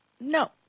No